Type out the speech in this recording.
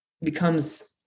becomes